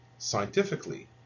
Scientifically